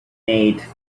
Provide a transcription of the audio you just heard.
made